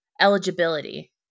eligibility